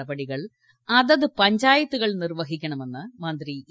നടപടികൾ അതത് പഞ്ചായത്തുകൾ നിർവ്വഹിക്കണമെന്ന് മന്ത്രി ഇ